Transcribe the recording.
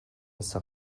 sak